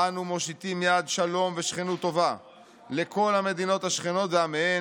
"אנו מושיטים יד שלום ושכנות טובה לכל המדינות השכנות ועמיהן,